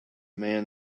man